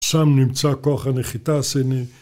שם נמצא כוח הנחיתה הסיני